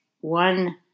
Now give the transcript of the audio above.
one